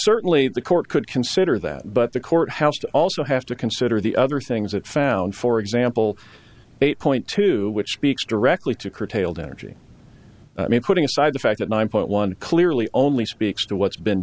certainly the court could consider that but the court house to also have to consider the other things that found for example eight point two which speaks directly to curtail the energy putting aside the fact that nine point one clearly only speaks to what's been